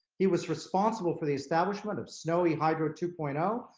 he was responsible for the establishment of snowy hydro two point um